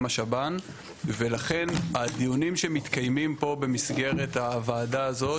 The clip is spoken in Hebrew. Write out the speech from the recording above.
השב"ן ולכן הדיונים שמתקיימים פה במסגרת הוועדה הזו,